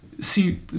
See